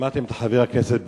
שמעתם את חבר הכנסת בן-סימון,